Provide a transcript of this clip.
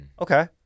Okay